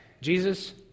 Jesus